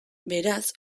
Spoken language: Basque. beraz